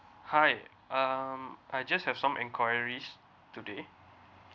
hi um I just have some enquiries today